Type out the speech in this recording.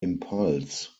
impulse